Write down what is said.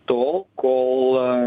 tol kol